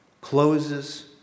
closes